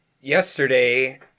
yesterday